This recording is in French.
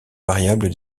variables